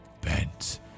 bent